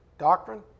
doctrine